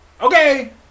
Okay